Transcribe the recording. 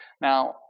Now